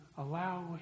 Allow